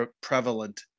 prevalent